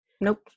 Nope